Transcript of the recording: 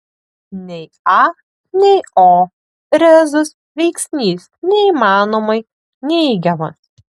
nei a nei o rezus veiksnys neįmanomai neigiamas